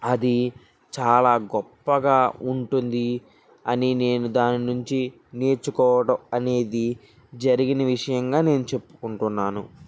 అది చాలా గొప్పగా ఉంటుంది అని నేను దాని నుంచి నేర్చుకోవడం అనేది జరిగిన విషయంగా నేను చెప్పుకుంటున్నాను